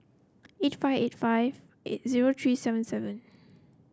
eight five eight five eight zero three seven seven